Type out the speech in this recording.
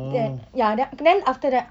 then ya then then after that